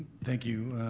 thank you.